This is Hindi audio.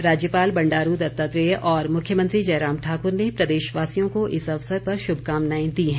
राज्यपाल बंडारू दत्तात्रेय और मुख्यमंत्री जयराम ठाकुर ने प्रदेशवासियों को इस अवसर पर श्भकामनाएं दी हैं